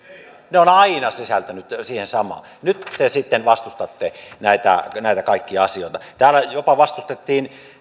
ne ovat aina sisältyneet siihen samaan nyt te sitten vastustatte näitä näitä kaikkia asioita täällä jopa vastustettiin puheenvuoroissa